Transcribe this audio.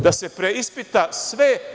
Da se preispita sve.